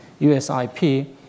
USIP